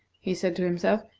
he said to himself,